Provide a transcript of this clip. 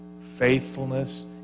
faithfulness